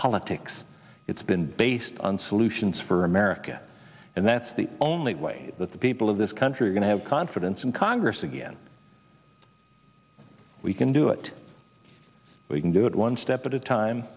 politics it's been based on solutions for america and that's the only way that the people of this country are going to have confidence in congress again we can do it we can do it one step at a time